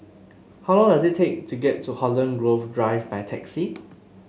how long does it take to get to Holland Grove Drive by taxi